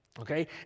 okay